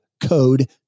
code